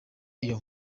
iyo